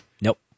nope